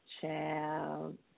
Child